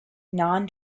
non